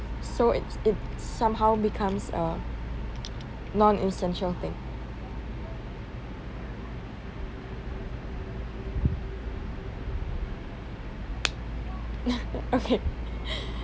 so it it somehow becomes a non essential thing okay